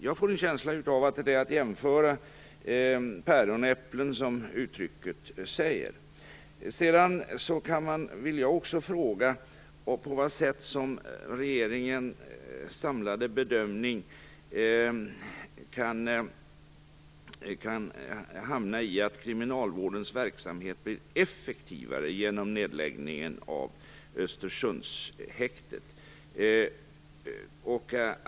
Jag får en känsla av att det är att jämföra päron och äpplen, som uttrycket säger. Östersundshäktet.